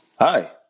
hi